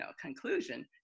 conclusion